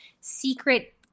secret